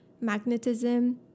magnetism